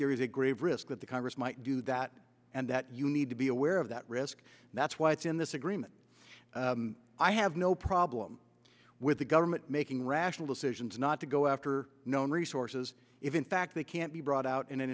there is a grave risk that the congress might do that and that you need to be aware of that risk and that's why it's in this agreement i have no problem with the government making rational decisions not to go after known resources if in fact they can't be brought out in an